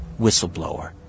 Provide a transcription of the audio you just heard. whistleblower